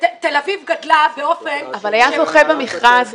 תל אביב גדלה באופן --- אבל היה זוכה במכרז,